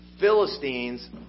Philistines